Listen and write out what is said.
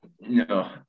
no